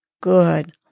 Good